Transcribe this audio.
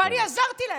ואני עזרתי להם.